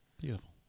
Beautiful